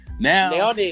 Now